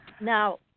Now